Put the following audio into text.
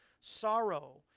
sorrow